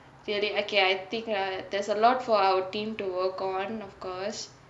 okay I think err there's a lot for our team to work on of course